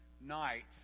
nights